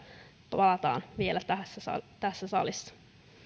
palataan vielä tässä salissa